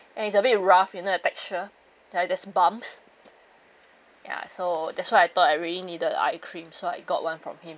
and it's a bit rough you know the texture like there's bumps ya so that's why I thought I really needed eye cream so I got one from him